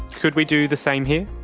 could we do the same here?